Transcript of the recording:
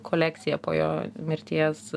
kolekcija po jo mirties